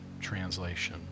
Translation